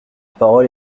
parole